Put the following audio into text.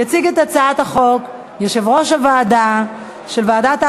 יציג את הצעת החוק יושב-ראש ועדת העבודה,